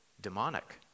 demonic